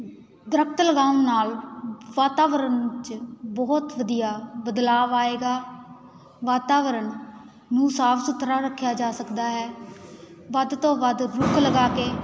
ਦਰੱਖਤ ਲਗਾਉਣ ਨਾਲ ਵਾਤਾਵਰਨ ਵਿੱਚ ਬਹੁਤ ਵਧੀਆ ਬਦਲਾਵ ਆਏਗਾ ਵਾਤਾਵਰਨ ਨੂੰ ਸਾਫ ਸੁਥਰਾ ਰੱਖਿਆ ਜਾ ਸਕਦਾ ਹੈ ਵੱਧ ਤੋਂ ਵੱਧ ਰੁੱਖ ਲਗਾ ਕੇ